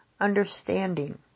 understanding